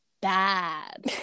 bad